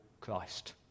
Christ